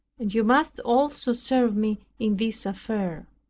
and you must also serve me in this affair.